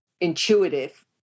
intuitive